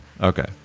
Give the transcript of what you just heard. okay